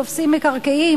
תופסים מקרקעין,